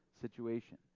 situation